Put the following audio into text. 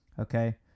Okay